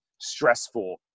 stressful